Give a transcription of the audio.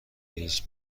هیچ